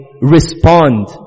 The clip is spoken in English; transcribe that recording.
respond